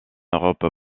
europe